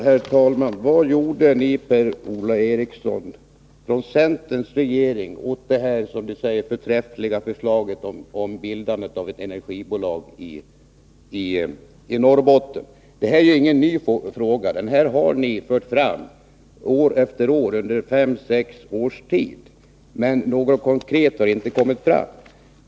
Herr talman! Vad gjorde ni, Per-Ola Eriksson, när centern satt i regeringen åt detta, som ni säger, förträffliga förslag om bildandet av ett energibolag i Norrbotten? Detta är ju ingen ny fråga, utan den har ni aktualiserat år efter år under fem sex års tid. Men något konkret har inte kommit fram.